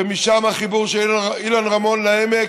ומשם החיבור של אילן רמון לעמק.